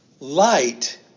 Light